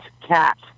cat